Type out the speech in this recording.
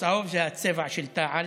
צהוב זה הצבע של תע"ל.